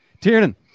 Tiernan